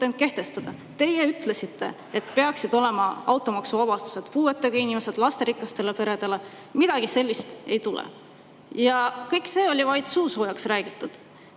end kehtestada. Teie ütlesite, et peaksid olema automaksuvabastused puuetega inimestele ja lasterikastele peredele. Midagi sellist ei tule. Kõik see oli vaid suusoojaks räägitud.